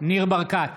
ניר ברקת,